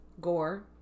Gore